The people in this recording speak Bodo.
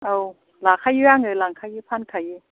औ लाखायो आङो लांखायो फानखायो